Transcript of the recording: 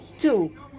two